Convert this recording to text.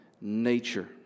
nature